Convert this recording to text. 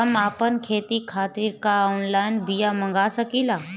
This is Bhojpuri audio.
हम आपन खेती खातिर का ऑनलाइन बिया मँगा सकिला?